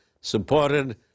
supported